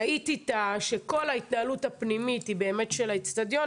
ראיתי שכל ההתנהלות הפנימית היא באמת של האצטדיון,